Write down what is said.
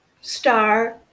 star